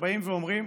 שבאים ואומרים: